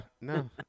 no